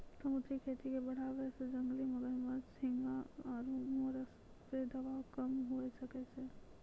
समुद्री खेती के बढ़ाबै से जंगली मछली, झींगा आरु मोलस्क पे दबाब कम हुये सकै छै